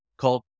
Called